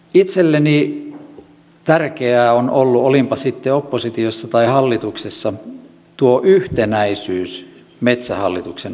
itselleni tärkeää on ollut olinpa sitten oppositiossa tai hallituksessa tuo yhtenäisyys metsähallituksen osalta